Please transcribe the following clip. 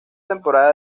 temporada